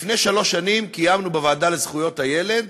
לפני שלוש שנים קיימנו בוועדה לזכויות הילד